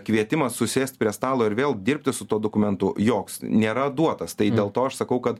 kvietimas susėst prie stalo ir vėl dirbti su tuo dokumentu joks nėra duotas tai dėl to aš sakau kad